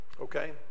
Okay